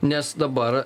nes dabar